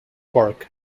park